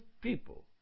people